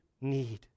need